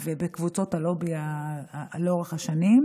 ובקבוצות הלובי לאורך השנים,